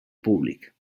públic